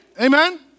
amen